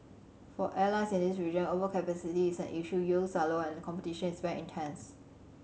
for airlines in this region overcapacity is an issue yields are low and competition is very intense